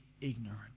ignorant